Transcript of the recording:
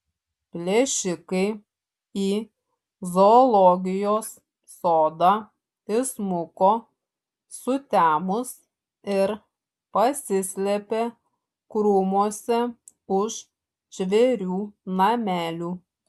plėšikai į zoologijos sodą įsmuko sutemus ir pasislėpė krūmuose už žvėrių namelių